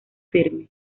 firme